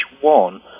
one